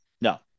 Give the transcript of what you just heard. No